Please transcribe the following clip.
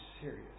serious